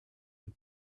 and